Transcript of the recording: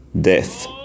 death